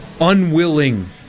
unwilling